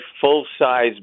full-size